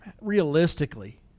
realistically